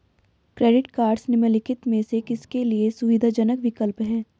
Credit cards निम्नलिखित में से किसके लिए सुविधाजनक विकल्प हैं?